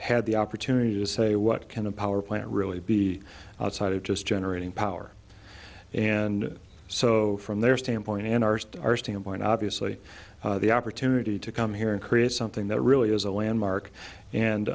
had the opportunity to say what can a power plant really be outside of just generating power and so from their standpoint and arst our standpoint obviously the opportunity to come here and create something that really is a landmark and